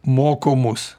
moko mus